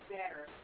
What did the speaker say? better